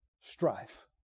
strife